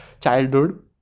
childhood